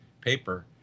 paper